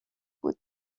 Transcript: بود